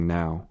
now